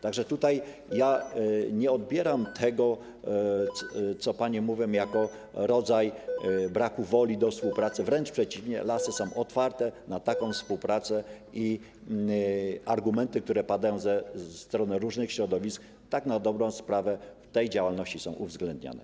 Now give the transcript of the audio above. Tak że nie odbieram tego, co panie mówią, jako braku woli do współpracy, wręcz przeciwnie, lasy są otwarte na taką współpracę i argumenty, które padają ze strony różnych środowisk, na dobrą sprawę w tej działalności są uwzględnione.